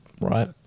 right